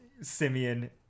Simeon